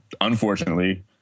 unfortunately